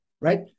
right